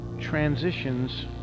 transitions